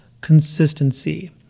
consistency